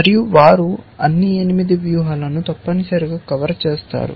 మరియు వారు అన్ని 8 వ్యూహాలను తప్పనిసరిగా కవర్ చేస్తారు